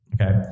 okay